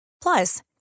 Plus